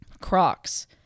Crocs